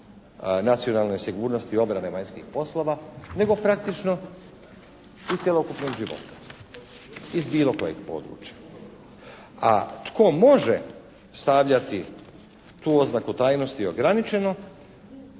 nacionalne sigurnosti i obrane vanjskih poslova nego praktično iz cjelokupnog života iz bilo kojeg područja. A tko može stavljati tu oznaku tajnosti ograničeno